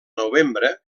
novembre